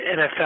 NFL